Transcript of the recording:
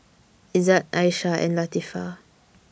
Izzat Aisyah and Latifa